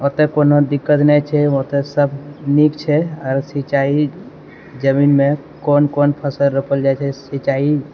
ओतऽ कोनो दिक्कत नहि छै ओतऽ सभ नीक छै आओर सिञ्चाइ जमीनमे कोन कोन फसल रोपल जाइ छै सिञ्चाइ